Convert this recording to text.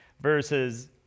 versus